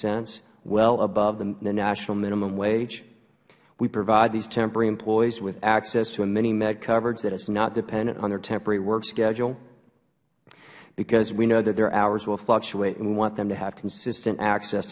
cents well above the national minimum wage we provide these temporary employees with access to mini med coverage that is not dependent on their temporary work schedule because we know their hours will fluctuate and we want them to have consistent access